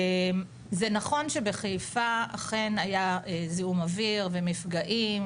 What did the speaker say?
זה נכון שבחיפה אכן היה זיהום אוויר ומפגעים.